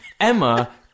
emma